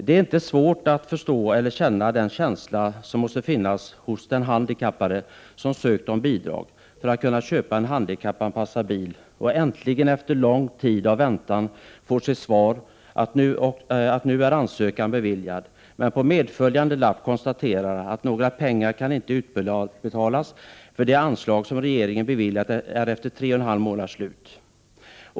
Det är inte svårt att förstå eller sätta sig in i den känsla som måste finnas hos den handkappade som ansökt om bidrag för att kunna köpa en handikappanpassad bil och äntligen efter lång tid av väntan får sitt svar, att nu är ansökan beviljad, men på medföljande lapp konstateras att några pengar inte kan utbetalas, eftersom det anslag som regeringen beviljat är slut efter tre och en halv månad.